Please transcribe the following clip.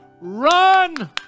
Run